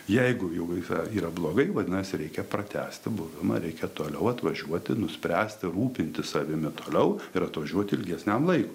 jeigu jau yra blogai vadinasi reikia pratęsti buvimą reikia toliau atvažiuoti nuspręsti rūpintis savimi toliau ir atvažiuoti ilgesniam laikui